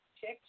Check